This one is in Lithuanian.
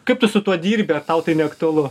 kaip tu su tuo dirbi ar tau tai neaktualu